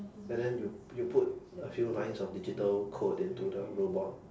and then you you put a few lines of digital code into the robot